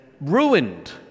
ruined